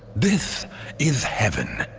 this is heaven,